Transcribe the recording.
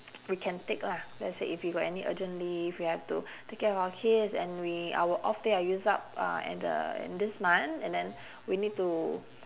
we can take lah let's say if you got any urgent leave we have to take care of our kids and we our off day are used up uh and the in this month and then we need to